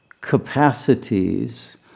capacities